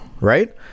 right